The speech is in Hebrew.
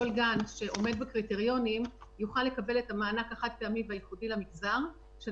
כל גן שעומד בקריטריונים יוכל לקבל את המענק החד פעמי והייחודי על